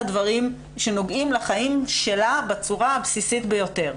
הדברים שנוגעים לחיים שלה בצורה הבסיסית ביותר.